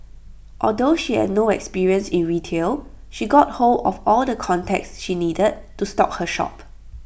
although she had no experience in retail she got hold of all the contacts she needed to stock her shop